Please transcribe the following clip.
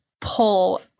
pull